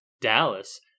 Dallas